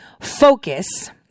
focus